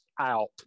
out